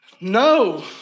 No